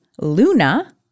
Luna